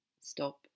stop